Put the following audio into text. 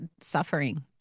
suffering